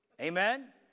Amen